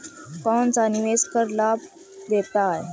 कौनसा निवेश कर लाभ देता है?